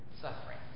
Suffering